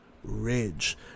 Ridge